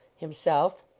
himself,